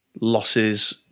losses